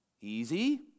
Easy